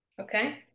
okay